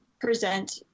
present